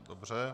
Dobře.